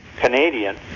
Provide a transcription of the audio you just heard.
Canadian